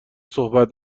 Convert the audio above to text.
صحبت